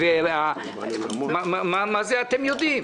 מה זה "אתם יודעים"?